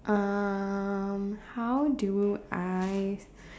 um how do I